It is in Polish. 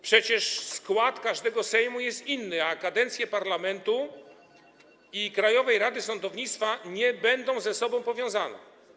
Przecież skład każdego Sejmu jest inny, a kadencje parlamentu i Krajowej Rady Sądownictwa nie będą ze sobą powiązane.